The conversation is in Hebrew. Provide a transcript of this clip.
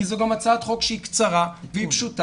כי זו גם הצעת חוק שהיא קצרה והיא פשוטה,